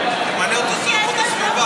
תמנו את ביבי לשר לאיכות הסביבה.